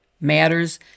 matters